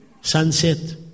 sunset